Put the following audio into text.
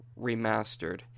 remastered